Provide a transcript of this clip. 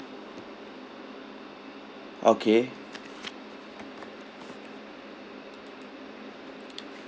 okay